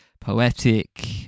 poetic